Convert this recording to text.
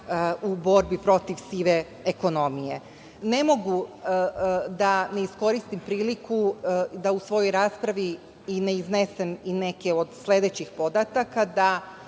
u borbi protiv sive ekonomije. Ne mogu da ne iskoristim priliku da u svojoj raspravi ne iznesem i neke od sledećih podataka, da